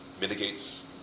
mitigates